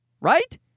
right